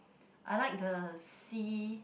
I like the sea